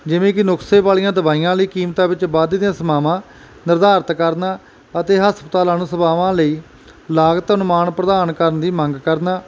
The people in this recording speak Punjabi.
ਜਿਵੇਂ ਕੀ ਨੁਕਸੇ ਵਾਲੀਆਂ ਦਵਾਈਆਂ ਵਾਲੀ ਕੀਮਤਾਂ ਵਿੱਚ ਵੱਧਦੀਆਂ ਸੀਮਾਵਾਂ ਨਿਰਧਾਰਿਤ ਕਰਨਾ ਅਤੇ ਹਸਪਤਾਲਾਂ ਨੂੰ ਸੇਵਾਵਾਂ ਲਈ ਲਾਗਤ ਅਨੁਮਾਨ ਪ੍ਰਦਾਨ ਕਰਨ ਦੀ ਮੰਗ ਕਰਨਾ